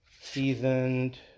Seasoned